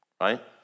Right